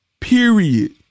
Period